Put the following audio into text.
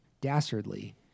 dastardly